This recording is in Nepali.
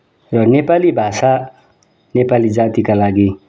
र नेपाली भाषा नेपाली जातिका लागि